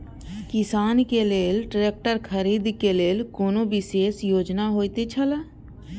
किसान के लेल ट्रैक्टर खरीदे के लेल कुनु विशेष योजना होयत छला?